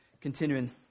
Continuing